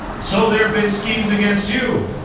so there have been schemes against you.